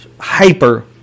hyper